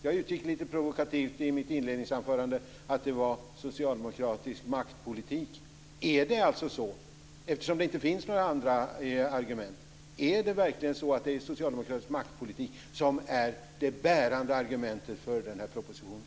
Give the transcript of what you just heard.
Jag utgick lite provokativt i mitt inledningsanförande från att det var socialdemokratisk maktpolitik. Eftersom det inte finns några andra motiv, är det verkligen så att det är socialdemokratisk maktpolitik som är det bärande skälet för den här propositionen?